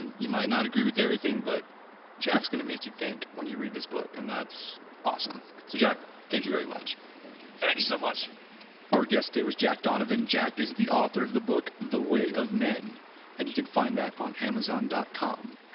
and you might not agree with everything, but jack is going to make you think when you read this book and that's awesome. so jack, thank you very much thanks so much our guest today was jack donovan. jack is the author of the book, the way of men and you can find that on amazon dot com.